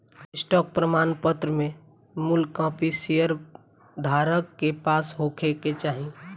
stock प्रमाणपत्र में मूल कापी शेयर धारक के पास होखे के चाही